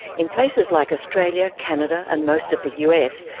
in places like australia, canada and most of the us,